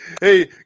hey